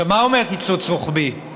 מה אומר קיצוץ רוחבי?